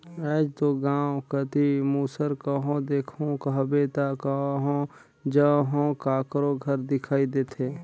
आएज दो गाँव कती मूसर कहो देखहू कहबे ता कहो जहो काकरो घर दिखई देथे